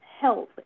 health